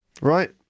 right